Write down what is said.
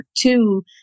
Two